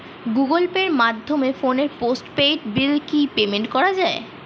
Google পের মাধ্যমে ফোনের পোষ্টপেইড বিল কি পেমেন্ট করা যায়?